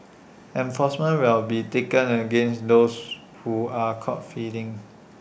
enforcement will be taken against those who are caught feeding